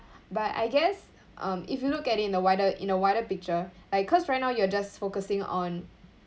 but I guess um if you look at it in the wide~ in the wider picture like cause right now you're just focusing on